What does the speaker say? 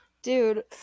Dude